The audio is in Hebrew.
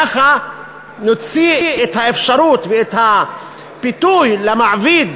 ככה נוציא את האפשרות ואת הפיתוי למעביד